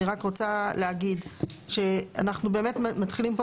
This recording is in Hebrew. אני רק רוצה להגיד שאנחנו באמת מתחילים פה,